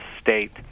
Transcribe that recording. State